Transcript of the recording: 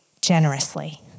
generously